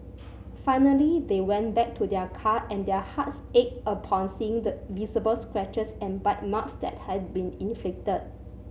finally they went back to their car and their hearts ached upon seeing the visible scratches and bite marks that had been inflicted